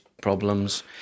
problems